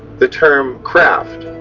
the term craft,